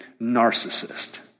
narcissist